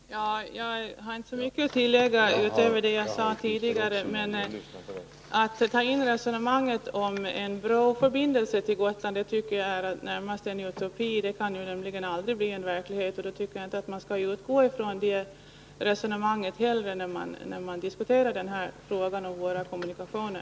Herr talman! Jag har inte så mycket att tillägga utöver vad jag tidigare sade. Men det är fel att i debatten ta in resonemanget om en broförbindelse med Gotland. En sådan är ju närmast en utopi— den kan aldrig bli verklighet. Då skall man inte heller utgå från det resonemanget, när man diskuterar frågan om våra kommunikationer.